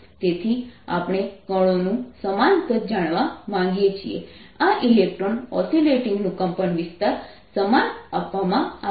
તેથી આપણે કણોનું સમાન કદ જાણવા માંગીએ છીએ આ ઇલેક્ટ્રોન ઓસિલેટીંગનું કંપનવિસ્તાર સમાન આપવામાં આવે છે